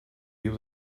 viu